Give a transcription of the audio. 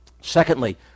Secondly